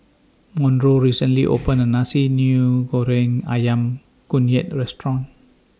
Monroe recently opened A New Nasi Goreng Ayam Kunyit Restaurant